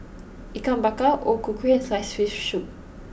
Ikan Bakar O Ku Kueh and Sliced Fish Soup